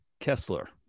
Kessler